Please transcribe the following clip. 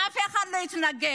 אף אחד לא התנגד.